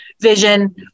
vision